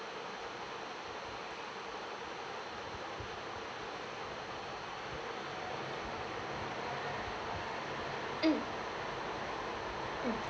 mm mm